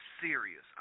serious